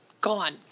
gone